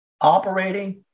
operating